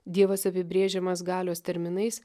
dievas apibrėžiamas galios terminais